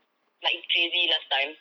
like crazy last time